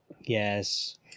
yes